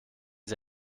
sie